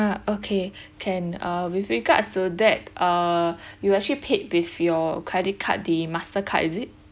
uh okay can uh with regards to that uh you actually paid with your credit card the Mastercard is it